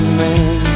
man